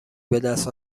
بدست